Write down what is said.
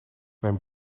mijn